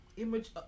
image